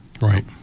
right